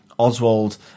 Oswald